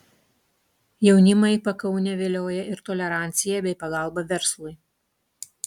jaunimą į pakaunę vilioja ir tolerancija bei pagalba verslui